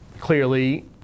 clearly